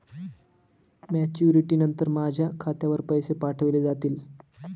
Maturity नंतर माझ्या खात्यावर पैसे पाठविले जातील?